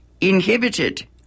inhibited